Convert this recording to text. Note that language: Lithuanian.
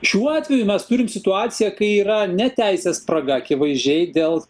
šiuo atveju mes turim situaciją kai yra ne teisės spraga akivaizdžiai dėl